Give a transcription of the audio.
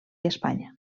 espanya